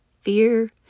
fear